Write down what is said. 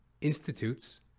institutes